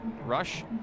rush